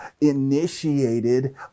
initiated